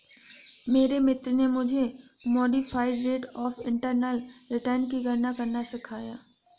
मेरे मित्र ने मुझे modified rate of internal return की गणना करना सिखाया